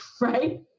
right